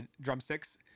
drumsticks